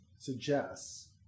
suggests